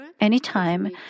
anytime